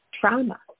trauma